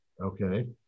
okay